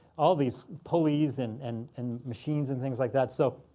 all these pulleys and and and machines and things like that. so